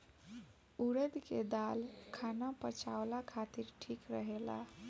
उड़द के दाल खाना पचावला खातिर ठीक रहेला